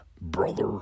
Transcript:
brother